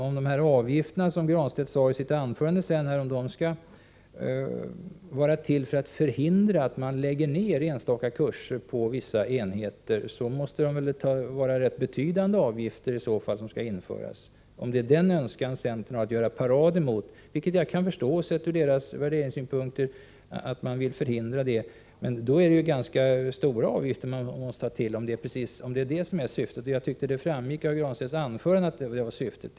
Om avgifterna, som Pär Granstedt sade i sitt anförande, är till för att förhindra att man lägger ned enstaka kurser på vissa enheter måste det väl innebära att rätt betydande avgifter skall införas. Om det är centerns syfte och önskan att göra parad mot detta — jag kan förstå, sett ur centerns värderingssynpunkter, att man vill förhindra detta — då är det ganska stora avgifter man måste ta till. Jag tycker att det framgick av Pär Granstedts anförande att detta var syftet.